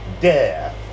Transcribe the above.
death